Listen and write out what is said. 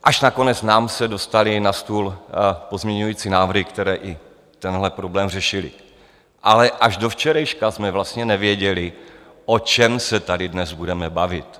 Až nakonec nám se dostaly na stůl pozměňovací návrhy, které i tenhle problém řešily, ale až do včerejška jsme vlastně nevěděli, o čem se tady dnes budeme bavit.